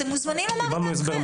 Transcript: אתם מוזמנים לומר את דעתכם.